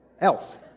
else